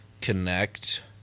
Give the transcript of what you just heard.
connect